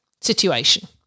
situation